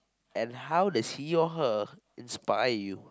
and how does he or her inspire you